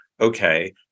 okay